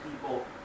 people